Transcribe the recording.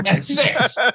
Six